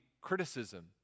criticism